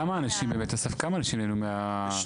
כמה אנשים נהנו מה- ?